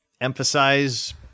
emphasize